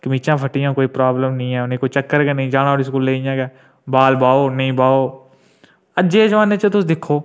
कमीजां फट्टी दियां कोई प्राबल्म नेई कोई चक्कर नेई जां तोड़ी स्कूल बाल बाहो नेई बाहो अज्जै दे जमाने च तुस दिक्खो